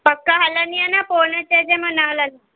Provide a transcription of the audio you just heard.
पक हलंदीअ न पोइ न चइजएं मां न हलंदी